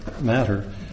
matter